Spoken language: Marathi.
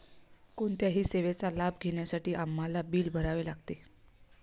कोणत्याही सेवेचा लाभ घेण्यासाठी आम्हाला बिल भरावे लागते